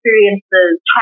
Experiences